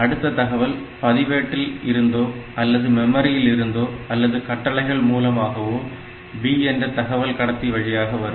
அடுத்த தகவல் பதிவேட்டில் இருந்தோ அல்லது மெமரியில் இருந்தோ அல்லது கட்டளைகள் மூலமாகவோ B என்ற தகவல் கடத்தி வழியாக வரும்